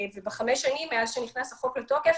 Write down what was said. ובחמש שנים מאז שנכנס החוק לתוקף,